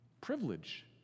privilege